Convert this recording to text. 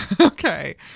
okay